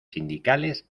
sindicales